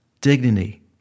dignity